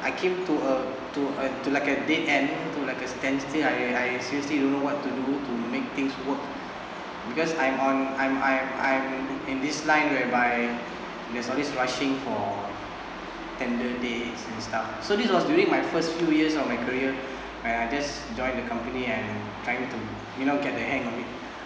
I came to a to a to like a dead end to like a standstill I I seriously don't know what to do to make things work because I'm on I'm I'm I'm in this line whereby there's always rushing for tender dates and stuff so this was during my first few years of my career when I just joined the company and trying to you know get the hang on it